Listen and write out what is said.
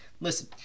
Listen